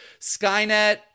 skynet